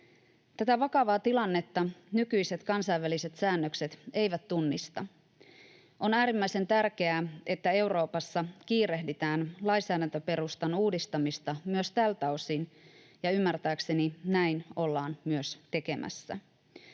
Tätä vakavaa tilannetta nykyiset kansainväliset säännökset eivät tunnista. On äärimmäisen tärkeää, että Euroopassa kiirehditään lainsäädäntöperustan uudistamista myös tältä osin, ja ymmärtääkseni näin ollaan myös tekemässä.